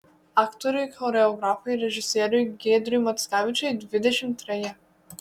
aktoriui choreografui režisieriui giedriui mackevičiui dvidešimt treji